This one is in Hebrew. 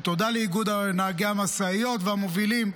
ותודה לאיגוד נהגי המשאיות והמובילים,